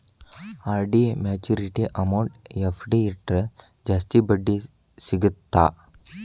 RD maturity amount FD ಇಟ್ರ ಜಾಸ್ತಿ ಬಡ್ಡಿ ಸಿಗತ್ತಾ